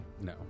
No